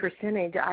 percentage